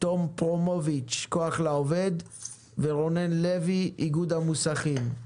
תום פרומוביץ' מכוח לעובד ורונן לוי מאיגוד המוסכים.